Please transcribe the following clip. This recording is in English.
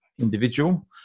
individual